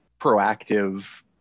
proactive